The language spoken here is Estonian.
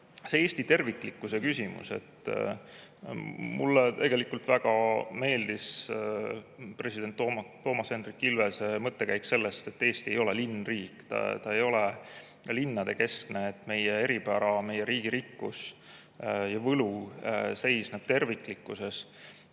see Eesti terviklikkuse küsimus. Mulle väga meeldis president Toomas Hendrik Ilvese mõttekäik, et Eesti ei ole linnriik, ta ei ole linnadekeskne, meie eripära, meie riigi rikkus ja võlu seisneb terviklikkuses.